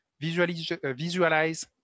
visualize